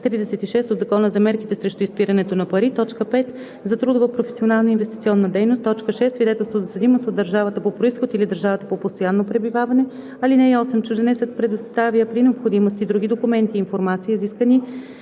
36 от Закона за мерките срещу изпирането на пари; 5. за трудова, професионална и инвестиционна дейност; 6. свидетелство за съдимост от държава по произход или държава по постоянно пребиваване. (8) Чужденецът предоставя при необходимост и други документи и информация, изискани